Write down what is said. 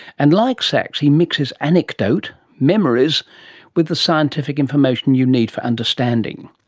and like sacks he mixes anecdote memories with the scientific information you need for understanding.